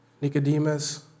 Nicodemus